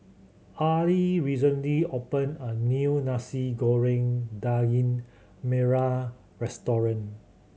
Arly recently opened a new Nasi Goreng Daging Merah restaurant